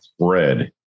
spread